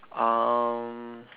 um